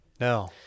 No